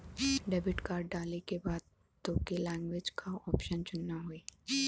debit card डाले के बाद तोके लैंग्वेज क ऑप्शन चुनना होई